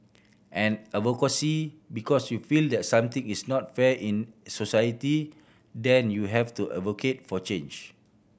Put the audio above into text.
and advocacy because you feel that something is not fair in society then you have to advocate for change